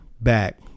back